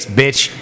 bitch